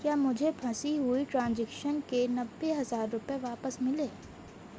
کیا مجھے پھنسی ہوئی ٹرانزیکشن کے نوے ہزار روپے واپس ملے